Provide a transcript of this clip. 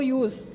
use